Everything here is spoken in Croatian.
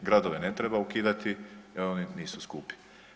Gradove ne treba ukidati jel oni nisu skupi.